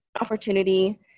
opportunity